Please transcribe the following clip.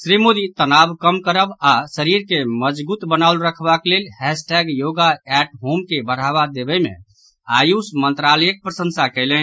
श्री मोदी तनाव कम करब आओर शरीर के मजगूत बनाओल राखबाक लेल हैशटैग योगा एट होम के बढ़ावा देबय मे आयुष मंत्रालयक प्रसंशा कयलनि